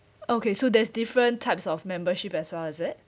okay so there's different types of membership as well is it